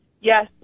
yes